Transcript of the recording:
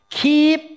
keep